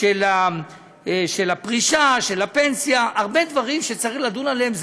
של הפרישה, של הפנסיה, הרבה דברים שצריך לדון בהם.